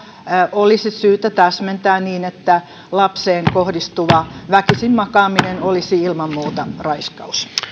olisi syytä täsmentää niin että lapseen kohdistuva väkisinmakaaminen olisi ilman muuta raiskaus